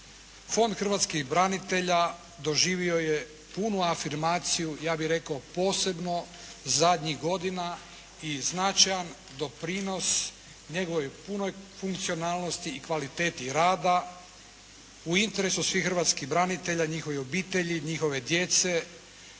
Fond hrvatskih branitelja doživio je punu afirmaciju, ja bih rekao posebno zadnjih godina i značajan doprinos njegovoj punoj funkcionalnosti i kvaliteti rada u interesu svih hrvatskih branitelja, njihovih obitelji, njihove djece,